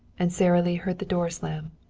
and sara lee heard the door slam.